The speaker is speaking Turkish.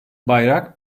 bayrak